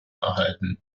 erhalten